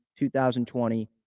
2020